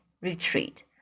retreat